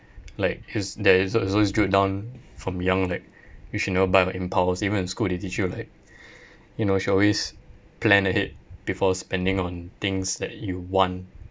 like is there is so so it's drilled down from young like you should never buy by impulsive even in school they teach you like you know you should always plan ahead before spending on things that you want